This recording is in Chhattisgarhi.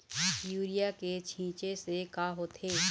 यूरिया के छींचे से का होथे?